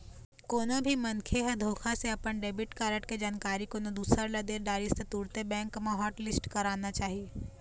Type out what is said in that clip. कोनो भी मनखे ह धोखा से अपन डेबिट कारड के जानकारी कोनो दूसर ल दे डरिस त तुरते बेंक म हॉटलिस्ट कराना चाही